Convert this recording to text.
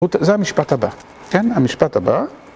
זה המשפט הבא, כן? המשפט הבא